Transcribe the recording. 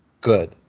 good